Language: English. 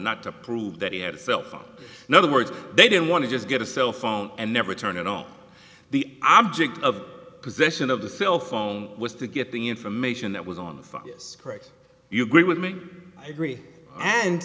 not to prove that he had felt no other words they didn't want to just get a cell phone and never turn it on the object of possession of the cell phone was to get the information that was on the focus you agree with me three and